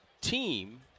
team